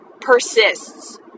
persists